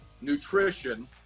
nutrition